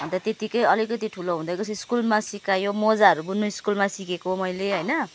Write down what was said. अन्त त्यतिको अलिकति ठुलो हुँदै गए पछि स्कुलमा सिकायो मोजाहरू बुन्नु स्कुलमा सिकेको मैले होइन